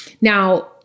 Now